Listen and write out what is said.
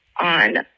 on